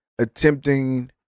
attempting